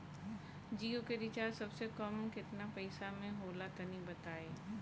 जियो के रिचार्ज सबसे कम केतना पईसा म होला तनि बताई?